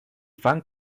fan